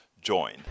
join